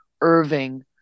Irving